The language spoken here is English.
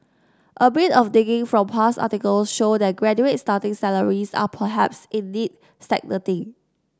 a bit of digging from past articles show that graduate starting salaries are perhaps indeed stagnating